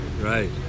Right